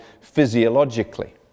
physiologically